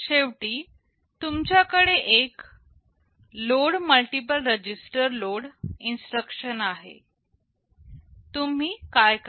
शेवटी तुमच्याकडे एक load multiple register load instruction आहे तुम्ही काय करता